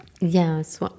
Yes